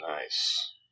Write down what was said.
Nice